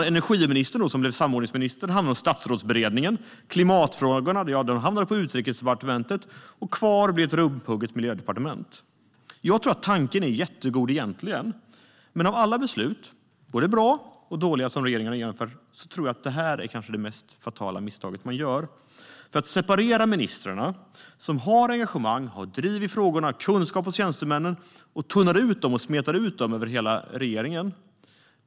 Energiministern som blev samordningsminister hamnar nu hos Statsrådsberedningen. Klimatfrågorna hamnar på Utrikesdepartementet. Kvar blir ett rumphugget miljödepartement. Jag tror att tanke egentligen är god. Men av alla beslut - både bra och dåliga som regeringen har fattat - tror jag att det här är det mest fatala misstag som man har gjort. Att separera ministrarna som har engagemang, driv och tjänstemännens kunskap i dessa frågor leder till att man tunnar ut dem och smetar ut dem över hela regeringen.